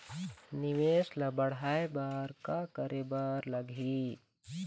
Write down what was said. निवेश ला बड़हाए बर का करे बर लगही?